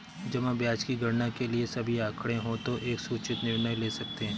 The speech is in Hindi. जमा ब्याज की गणना के लिए सभी आंकड़े हों तो एक सूचित निर्णय ले सकते हैं